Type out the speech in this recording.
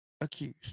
accused